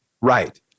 right